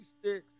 sticks